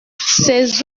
ses